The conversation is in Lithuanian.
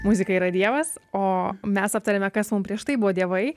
muzika yra dievas o mes aptarėme kas mums prieš tai buvo dievai